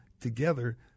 together